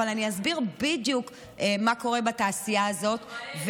אבל אני אסביר בדיוק מה קורה בתעשייה הזאת,